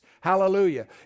Hallelujah